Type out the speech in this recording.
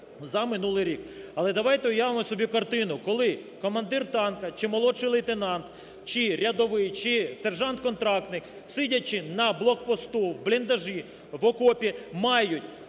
за минулий рік. Але давайте уявимо собі картину, коли командир танка, чи молодший лейтенант, чи рядовий, чи сержант-контрактник, сидячи на блокпосту, в бліндажі, в окопі, мають,